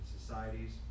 societies